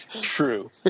true